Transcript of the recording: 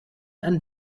and